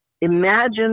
Imagine